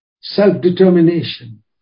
self-determination